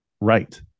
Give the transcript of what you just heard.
right